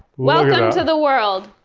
welcome to the world.